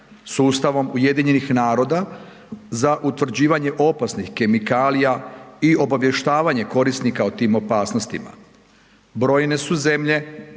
sustavom UN-a za utvrđivanje opasnih kemikalija i obavještavanje korisnika o tim opasnostima.